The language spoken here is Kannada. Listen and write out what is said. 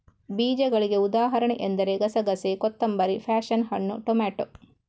ಬೀಜಗಳಿಗೆ ಉದಾಹರಣೆ ಎಂದರೆ ಗಸೆಗಸೆ, ಕೊತ್ತಂಬರಿ, ಪ್ಯಾಶನ್ ಹಣ್ಣು, ಟೊಮೇಟೊ